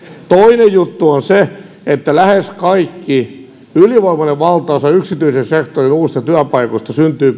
toinen juttu on se että lähes kaikki ylivoimainen valtaosa yksityisen sektorin uusista työpaikoista syntyy